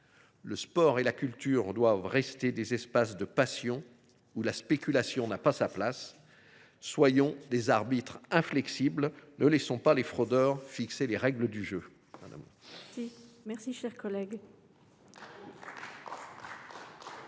Le sport et la culture doivent rester des espaces de passion, où la spéculation n’a pas sa place. Soyons des arbitres inflexibles. Ne laissons pas les fraudeurs fixer les règles du jeu. Bravo ! La parole est